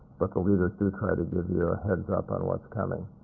but the leaders do try to give you a heads up on what's coming.